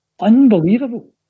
unbelievable